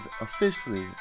officially